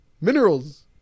minerals